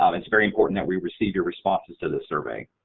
um it's very important that we receive your responses to this survey.